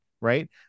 right